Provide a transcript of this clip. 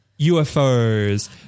UFOs